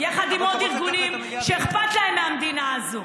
יחד עם עוד ארגונים שאכפת להם מהמדינה הזאת.